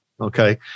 okay